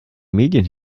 medien